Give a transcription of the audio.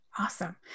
Awesome